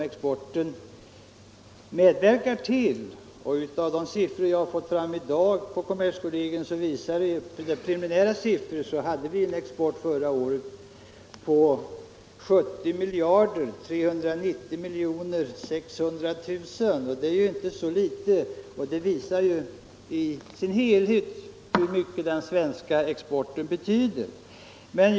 Enligt de preliminära siffror jag i dag har fått från kom merskollegium hade vi förra året en export på 70 390 600 000 kr., och det är ju inte så litet. Det visar hur mycket den svenska exporten i sin helhet betyder.